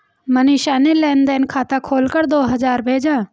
मनीषा ने लेन देन खाता खोलकर दो हजार भेजा